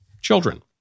children